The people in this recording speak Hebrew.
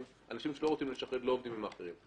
אנשים שלא רוצים לשחד לא עובדים עם מאכערים.